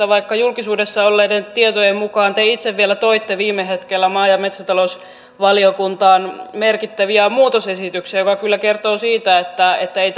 vaikka julkisuudessa olleiden tietojen mukaan te itse vielä toitte viime hetkellä maa ja metsätalousvaliokuntaan merkittäviä muutosesityksiä mikä kyllä kertoo siitä että että ei